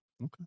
Okay